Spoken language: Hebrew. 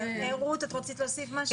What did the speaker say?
רות, את רצית להוסיף משהו?